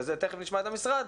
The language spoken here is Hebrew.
ותיכף נשמע את המשרד,